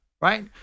right